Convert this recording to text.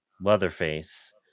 Leatherface